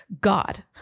God